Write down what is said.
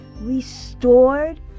restored